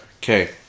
okay